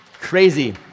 crazy